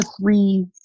three